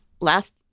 last